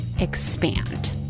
expand